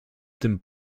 tym